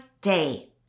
day